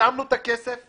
שמנו את הכסף,